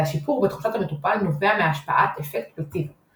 והשיפור בתחושת המטופל נובע מהשפעת אפקט פלצבו –